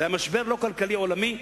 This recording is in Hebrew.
זה היה משבר לא כלכלי עולמי,